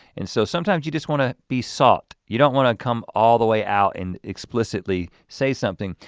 and so sometimes you just wanna be salt you don't wanna come all the way out and explicitly say something.